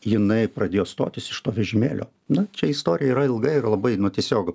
jinai pradėjo stotis iš to vežimėlio nu čia istorija yra ilga ir labai nu tiesiog